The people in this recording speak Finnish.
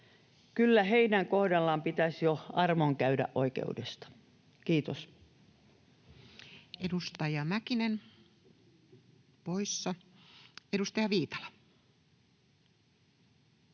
Kyllä heidän kohdallaan pitäisi jo armon käydä oikeudesta. — Kiitos. Edustaja Mäkinen, poissa. — Edustaja Viitala.